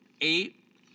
eight